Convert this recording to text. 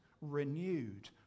renewed